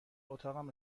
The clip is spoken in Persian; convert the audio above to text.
اتاقم